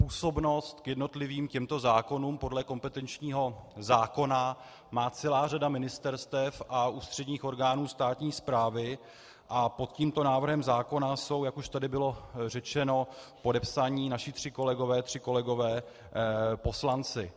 Působnost k jednotlivým těmto zákonům podle kompetenčního zákona má celá řada ministerstev a ústředních orgánů státní správy a pod tímto návrhem zákona jsou, jak už tady bylo řečeno, podepsaní naši tři kolegové, tři kolegové poslanci.